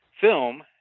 film